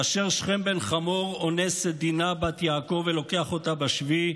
כאשר שכם בן חמור אונס את דינה בת יעקב ולוקח אותה בשבי,